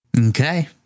okay